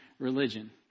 religion